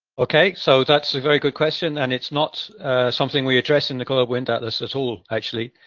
okay, so that's a very good question, and it's not something we address in the global wind atlas, at all, actually.